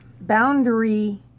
boundary